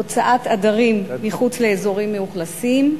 הוצאת עדרים מחוץ לאזורים מאוכלסים,